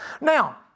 Now